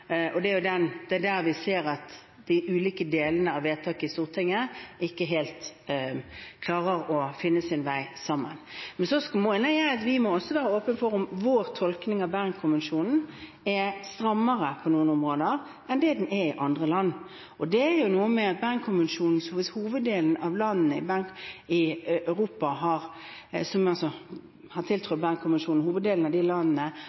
Det er der vi ser at de ulike delene av vedtaket i Stortinget ikke helt klarer å finne vei sammen. Jeg mener at vi også må være åpne for at vår tolkning av Bern-konvensjonen er strammere på noen områder enn det den er i andre land. Hvis hoveddelen av landene i Europa som har tiltrådt Bern-konvensjonen, har litt andre formuleringer knyttet til dette, noe som